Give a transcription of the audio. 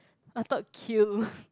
I thought kill